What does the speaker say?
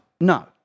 No